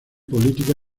política